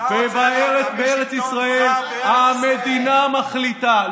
ובארץ ישראל המדינה מחליטה.